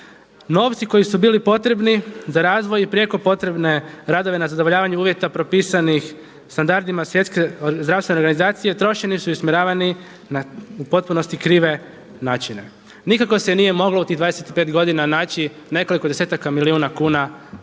Novci koji su bili potrebni za razvoj i prijeko potrebne radove na zadovoljavanju uvjeta propisanih standardima Svjetske zdravstvene organizacije trošeni su i usmjeravani na u potpunosti krive načine. Nikako se nije moglo u tih 25 godina naći nekoliko desetaka milijuna kuna da